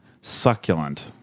succulent